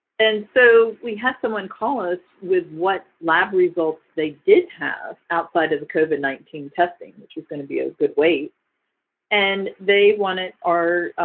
and so we had someone call us with what lab results they did have outside of the covid nineteen testing which was going to be a good weight and they wanted our